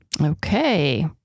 Okay